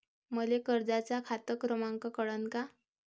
मले कर्जाचा खात क्रमांक कळन का?